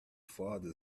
father